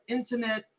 Internet